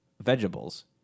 vegetables